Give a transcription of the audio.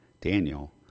Daniel